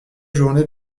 journée